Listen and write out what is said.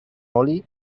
oli